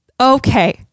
Okay